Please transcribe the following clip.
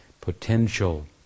potential